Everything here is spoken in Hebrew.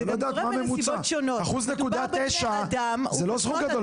זה קורה בנסיבות שונות --- 1.9% זה לא אחוז גדול,